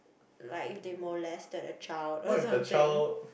like if they molested a child or something